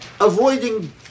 avoiding